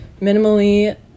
minimally